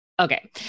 Okay